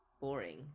boring